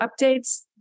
updates